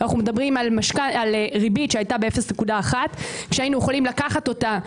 אנחנו מדברים על ריבית שהייתה ב-0.1% שהיינו יכולים לקחת אותה,